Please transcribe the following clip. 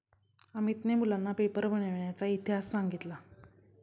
अमितने मुलांना पेपर बनविण्याचा इतिहास सांगितला